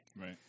Right